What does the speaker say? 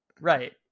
Right